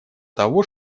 того